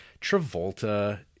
Travolta